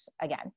again